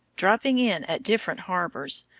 dropping in at different harbors,